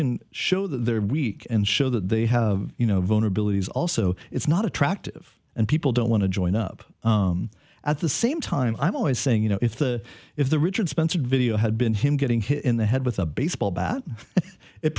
can show their weak and show that they have you know vulnerabilities also it's not attractive and people don't want to join up at the same time i'm always saying you know if the if the richard spencer video had been him getting hit in the head with a baseball bat it